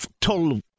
total